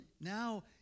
now